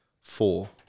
four